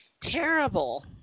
terrible